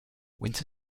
winter